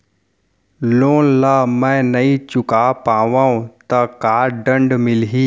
Loan ला मैं नही चुका पाहव त का दण्ड मिलही?